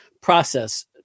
process